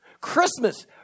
Christmas